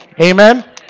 Amen